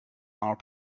are